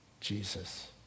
Jesus